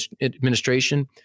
administration